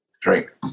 drink